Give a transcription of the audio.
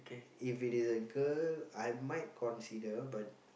if it is a girl I might consider but